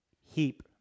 heap